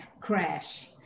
crash